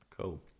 Cool